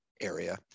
area